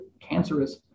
cancerous